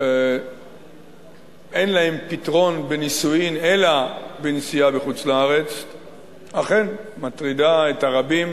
אין להם פתרון בנישואין אלא בנסיעה לחוץ-לארץ אכן מטרידה את הרבים,